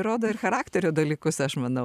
rodo ir charakterio dalykus aš manau